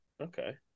Okay